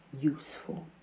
useful